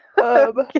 okay